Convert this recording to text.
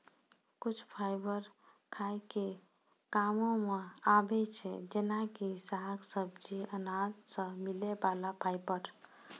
कुछ फाइबर खाय के कामों मॅ आबै छै जेना कि साग, सब्जी, अनाज सॅ मिलै वाला फाइबर